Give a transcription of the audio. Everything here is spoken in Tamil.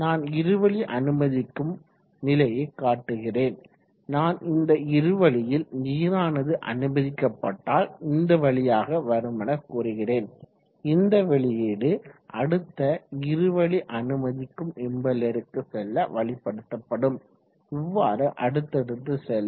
நான் இருவழி அனுமதிக்கும் நிலையை காட்டுகிறேன் நான் இந்த இருவழியில் நீரானது அனுமதிக்கப்பட்டால் இந்த வழியாக வருமென கூறுகிறேன் இந்த வெளியீடு அடுத்த இருவழி அனுமதிக்கும் இம்பெல்லருக்கு செல்ல வழிப்படுத்தப்படும் இவ்வாறு அடுத்தடுத்து செல்லும்